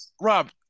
Rob